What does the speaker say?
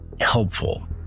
helpful